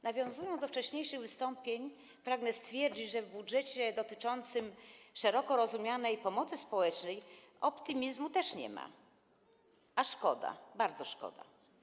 Nawiązując do wcześniejszych wystąpień, pragnę stwierdzić, że w budżecie dotyczącym szeroko rozumianej pomocy społecznej optymizmu też nie ma, a szkoda, bardzo szkoda.